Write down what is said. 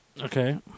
Okay